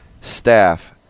staff